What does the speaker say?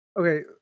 Okay